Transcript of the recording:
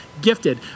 gifted